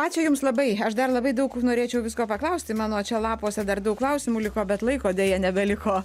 ačiū jums labai aš dar labai daug norėčiau visko paklausti mano čia lapuose dar daug klausimų liko bet laiko deja nebeliko